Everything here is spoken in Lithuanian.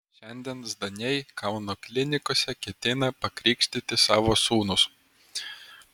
šiandien zdaniai kauno klinikose ketina pakrikštyti savo sūnus